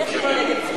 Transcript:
שהם